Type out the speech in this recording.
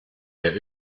der